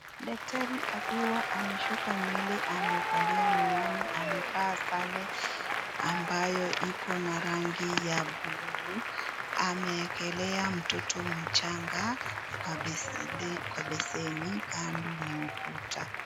Daktari akiwa ameshuka nywele, amevalia miwani, amevaa sare ambayo iko na rangi ya blue ,ameekelea mtoto mchanga kwa besheni. Kando ni ukuta.